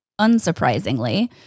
unsurprisingly